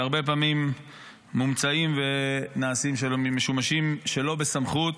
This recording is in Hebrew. שהרבה פעמים מומצאים ונעשים ומשמשים שלא בסמכות.